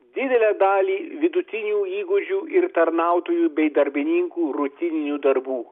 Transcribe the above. didelę dalį vidutinių įgūdžių ir tarnautojų bei darbininkų rutininių darbų